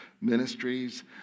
Ministries